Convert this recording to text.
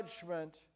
judgment